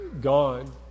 gone